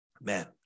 Man